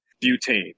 Butane